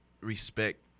respect